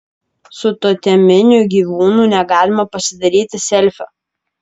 su toteminiu gyvūnu negalima pasidaryti selfio